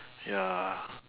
ya